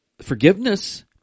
Forgiveness